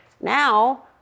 Now